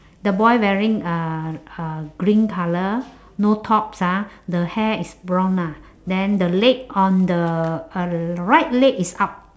the boy wearing uh uh green colour no tops ah the hair is blonde lah then the leg on the uh right leg is up